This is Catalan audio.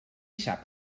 sap